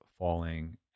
falling